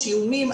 איומים,